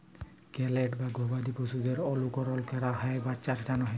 cattle বা গবাদি পশুদের অলুকরল ক্যরা হ্যয় বাচ্চার জ্যনহে